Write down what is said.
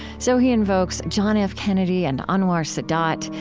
so he invokes john f. kennedy and anwar sadat,